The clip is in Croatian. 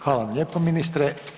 Hvala vam lijepo ministre.